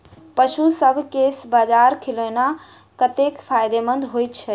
पशुसभ केँ बाजरा खिलानै कतेक फायदेमंद होइ छै?